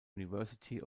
university